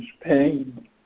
pain